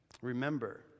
Remember